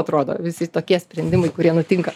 atrodo visi tokie sprendimai kurie nutinka